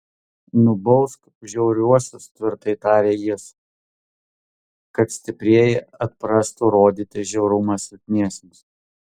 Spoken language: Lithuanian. nubausk žiauriuosius tvirtai tarė jis kad stiprieji atprastų rodyti žiaurumą silpniesiems